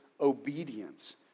obedience